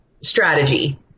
strategy